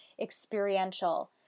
experiential